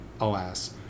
alas